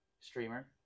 streamer